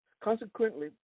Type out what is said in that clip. Consequently